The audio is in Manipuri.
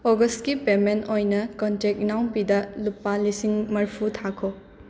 ꯑꯣꯒꯁꯠꯀꯤ ꯄꯦꯃꯦꯟ ꯑꯣꯏꯅ ꯀꯟꯇꯦꯛ ꯏꯅꯥꯎꯄꯤꯗ ꯂꯨꯄꯥ ꯂꯤꯁꯤꯡ ꯃꯔꯤꯐꯨ ꯊꯥꯈꯣ